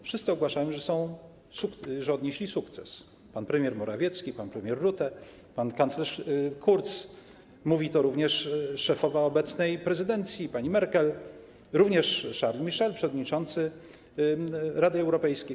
Wszyscy ogłaszają, że odnieśli sukces - pan premier Morawiecki, pan premier Rutte, pan kanclerz Kurz, mówi to również szefowa obecnej prezydencji, pani Merkel, a także Charles Michel, przewodniczący Rady Europejskiej.